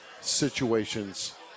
situations